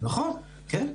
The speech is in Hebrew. נכון, כן.